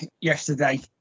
yesterday